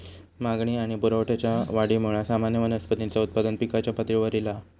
मागणी आणि पुरवठ्याच्या वाढीमुळा सामान्य वनस्पतींचा उत्पादन पिकाच्या पातळीवर ईला हा